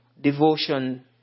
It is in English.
Devotion